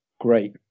great